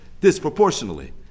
disproportionately